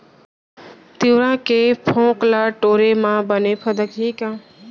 तिंवरा के फोंक ल टोरे म बने फदकही का?